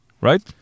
right